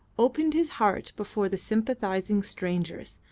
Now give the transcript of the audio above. opened his heart before the sympathising strangers,